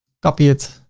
copy it,